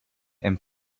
and